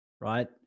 right